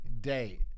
day